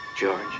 George